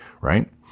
right